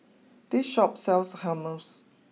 this Shop sells Hummus